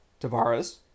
Tavares